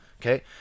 okay